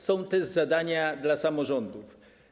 Są też zadania dla samorządów.